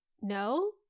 no